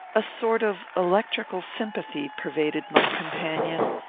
a sort of electrical sympathy pervaded my companion,